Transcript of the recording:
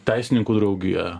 teisininkų draugija